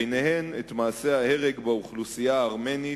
ובהן את מעשה ההרג באוכלוסייה הארמנית,